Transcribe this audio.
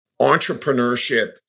entrepreneurship